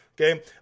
Okay